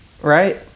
right